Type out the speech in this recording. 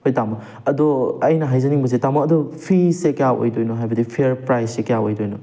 ꯍꯣꯏ ꯇꯥꯃꯣ ꯑꯗꯣ ꯑꯩꯅ ꯍꯥꯏꯖꯅꯤꯡꯕꯁꯦ ꯇꯥꯃꯣ ꯑꯗꯣ ꯐꯤꯁꯦ ꯀꯌꯥ ꯑꯣꯏꯗꯣꯏꯅꯣ ꯍꯥꯏꯕꯗꯤ ꯐꯤꯌꯥꯔ ꯄ꯭ꯔꯥꯏꯖꯁꯦ ꯀꯌꯥ ꯑꯣꯏꯗꯣꯏꯅꯣ